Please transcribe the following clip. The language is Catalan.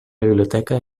biblioteca